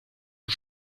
les